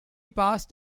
passed